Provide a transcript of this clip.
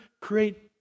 create